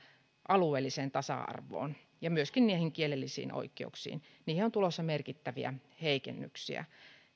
alueelliseen tasa arvoon ja myöskin niihin kielellisiin oikeuksiin niihin on tulossa merkittäviä heikennyksiä